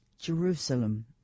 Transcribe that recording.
Jerusalem